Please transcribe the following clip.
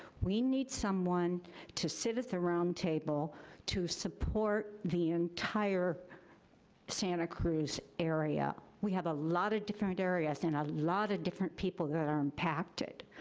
we need someone to sit at the roundtable to support the entire santa cruz area. area. we have a lot of different areas and a lot of different people that are impacted.